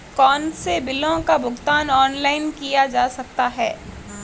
कौनसे बिलों का भुगतान ऑनलाइन किया जा सकता है?